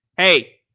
hey